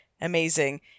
amazing